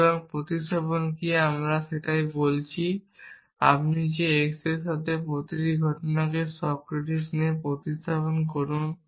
সুতরাং প্রতিস্থাপন কি আমরা এটা বলছি যে আপনি x এর প্রতিটি ঘটনাকে সক্রেটিক দিয়ে প্রতিস্থাপন করুন